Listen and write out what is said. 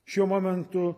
šiuo momentu